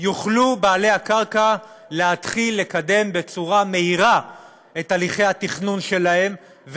יוכלו בעלי הקרקע להתחיל לקדם בצורה מהירה את הליכי התכנון שלהם,